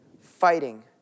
fighting